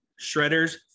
Shredder's